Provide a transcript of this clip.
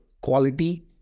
quality